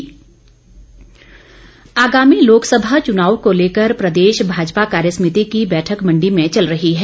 भाजपा बैठक आगामी लोकसभा चुनाव को लेकर प्रदेश भाजपा कार्य समिति की बैठक मंडी में चल रही है